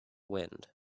wind